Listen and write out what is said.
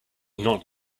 not